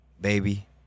Baby